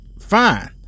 fine